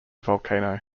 volcano